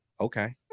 Okay